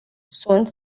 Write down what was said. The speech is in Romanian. sunt